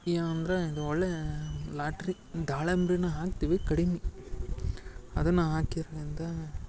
ಏನಂದರೆ ಇದು ಒಳ್ಳೆಯ ಲಾಟ್ರಿ ದಾಳಿಂಬ್ರೆನ ಹಾಕ್ತೀವಿ ಕಡಿಮೆ ಅದನ್ನು ಹಾಕಿದ್ರಿಂದ